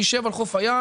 שיישב על חוף הים,